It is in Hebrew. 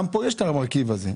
גם פה יש את המרכיב הזה,